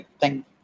thank